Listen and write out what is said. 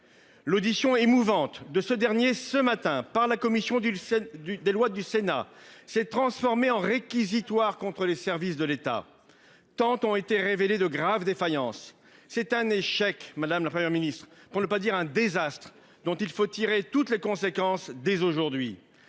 L'audition émouvante de ce dernier ce matin par la commission du le 7 du des lois du Sénat s'est transformé en réquisitoire contre les services de l'État tentes ont été révélé de graves défaillances. C'est un échec. Madame, la Première ministre pour ne pas dire un désastre dont il faut tirer toutes les conséquences des aujourd'hui.